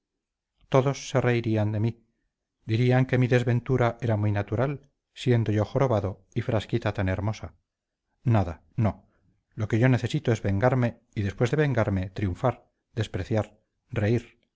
todos se reirían de mí dirían que mi desventura era muy natural siendo yo jorobado y frasquita tan hermosa nada no lo que yo necesito es vengarme y después de vengarme triunfar despreciar reír